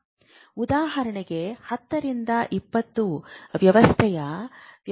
ಉದಾಹರಣೆಗೆ 10 20 ವ್ಯವಸ್ಥೆಯ ವ್ಯವಸ್ಥೆಯನ್ನು ಪರಿಗಣಿಸೋಣ